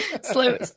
slow